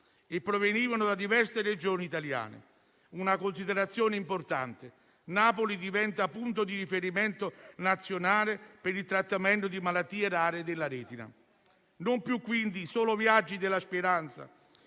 e provenivano da diverse Regioni italiane. Vorrei fare una considerazione importante: Napoli diventa punto di riferimento nazionale per il trattamento di malattie rare della retina. Non più quindi solo viaggi della speranza